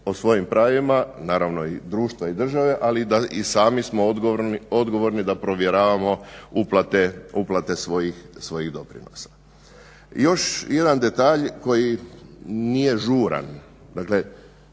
o svojim pravima, naravno i društva i države, ali da i sami smo odgovorni da provjeravamo uplate svojih doprinosa. Još jedan detalj koji nije žuran, dakle